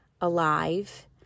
alive